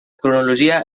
cronologia